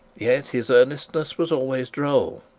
yet his earnestness was always droll.